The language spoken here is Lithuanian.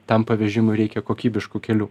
tam pavežimui reikia kokybiškų kelių